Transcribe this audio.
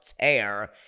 tear